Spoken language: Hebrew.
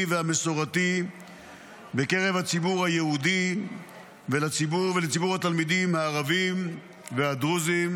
והמסורתי בקרב הציבור היהודי ולציבור התלמידים הערבים והדרוזים;